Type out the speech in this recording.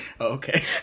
okay